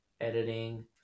editing